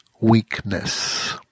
weakness